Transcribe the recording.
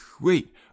Wait